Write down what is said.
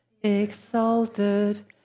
exalted